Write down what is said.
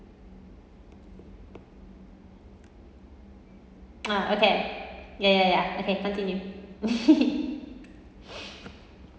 ah okay ya ya ya okay continue